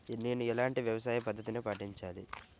నేను ఎలాంటి వ్యవసాయ పద్ధతిని పాటించాలి?